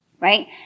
right